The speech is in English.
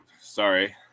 sorry